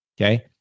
Okay